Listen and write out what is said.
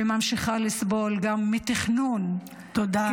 וממשיכה לסבול גם מתכנון -- תודה.